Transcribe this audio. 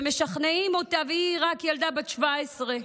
ומשכנעים אותה, והיא רק ילדה בת 17,